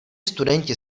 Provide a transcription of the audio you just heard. studenti